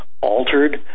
altered